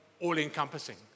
all-encompassing